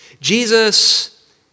Jesus